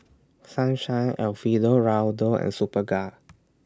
Sunshine Alfio Raldo and Superga